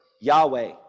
Yahweh